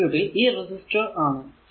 ഈ സർക്യൂട്ടിൽ ഇത് റെസിസ്റ്റർ ആണ്